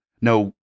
no